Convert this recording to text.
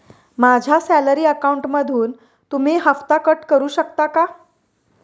माझ्या सॅलरी अकाउंटमधून तुम्ही हफ्ता कट करू शकता का?